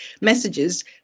messages